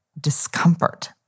discomfort